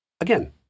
again